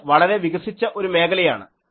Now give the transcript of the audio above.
ഇത് വളരെ വികസിച്ച ഒരു മേഖലയാണ്